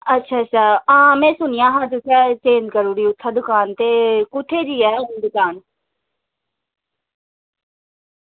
अच्छा अच्छा हां में सुनेआ हा तुसें चेंज करी ओड़ी उत्थै दकान ते कु'त्थें जेही ऐ हून दकान